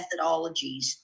methodologies